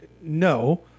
No